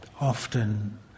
often